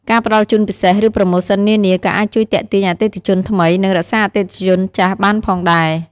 ការផ្ដល់ជូនពិសេស ឬប្រូម៉ូសិននានា ក៏អាចជួយទាក់ទាញអតិថិជនថ្មី និងរក្សាអតិថិជនចាស់បានផងដែរ។